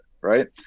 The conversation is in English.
right